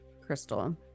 crystal